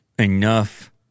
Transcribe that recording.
enough